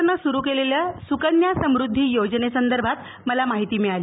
सरकारनं सुरू केलेल्या स्रकन्या समुद्धी योजनेबाबत मला माहिती मिळाली